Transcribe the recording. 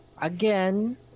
Again